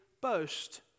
boast